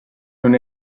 non